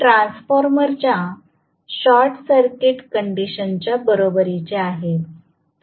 हे ट्रान्सफॉर्मरच्या short circuit कंडिशनच्या बरोबरीचे आहे